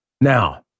Now